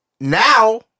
Now